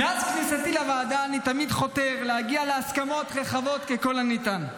מאז כניסתי לוועדה אני תמיד חותר להגיע להסכמות רחבות ככל הניתן.